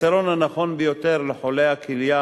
הפתרון הנכון ביותר לחולי הכליה